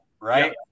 Right